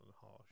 harsh